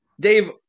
Dave